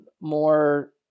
more